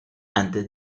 antes